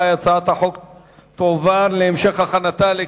ההצעה להעביר את הצעת חוק המשטרה (דין משמעתי,